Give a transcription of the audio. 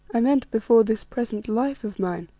i meant before this present life of mine.